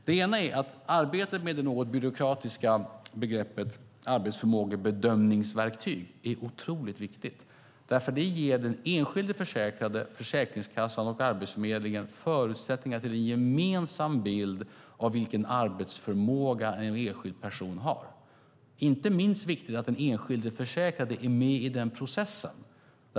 Det ena är att arbetet med det något byråkratiska begreppet "arbetsförmågebedömningsverktyg" är otroligt viktigt, för det ger den enskilde försäkrade, Försäkringskassan och Arbetsförmedlingen förutsättningar för en gemensam bild av vilken arbetsförmåga en enskild person har. Det är inte minst viktigt att den enskilde försäkrade är med i processen.